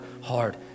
hard